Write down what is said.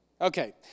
Okay